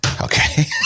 okay